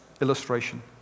illustration